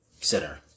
center